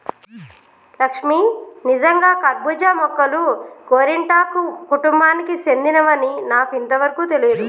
లక్ష్మీ నిజంగా కర్బూజా మొక్కలు గోరింటాకు కుటుంబానికి సెందినవని నాకు ఇంతవరకు తెలియదు